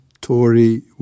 Tory